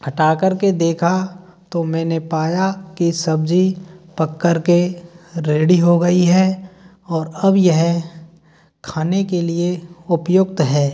हटा कर के देखा तो मैंने पाया कि सब्ज़ी पक कर के रेडी हो गई है और अब यह खाने के लिए उपयुक्त है